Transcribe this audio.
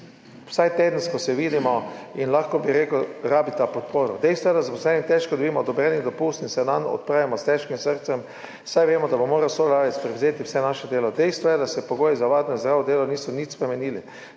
vsaj tedensko se vidimo in lahko bi rekel, da rabita podporo. »Dejstvo je, da zaposleni težko dobimo odobreni dopust in se nanj odpravimo s težkim srcem, saj vemo, da bo moral sodelavec prevzeti vse naše delo. Dejstvo je, da se pogoji za varno in zdravo delo niso nič spremenili.